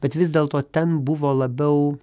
bet vis dėlto ten buvo labiau